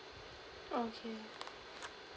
okay